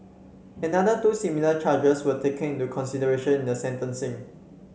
another two similar charges were taken into consideration in the sentencing